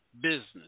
business